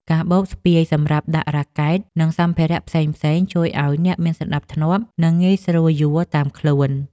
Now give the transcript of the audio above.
កាបូបស្ពាយសម្រាប់ដាក់រ៉ាកែត និងសម្ភារៈផ្សេងៗជួយឱ្យអ្នកមានសណ្ដាប់ធ្នាប់ និងងាយស្រួលយួរតាមខ្លួន។